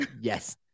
Yes